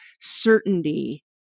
certainty